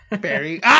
Barry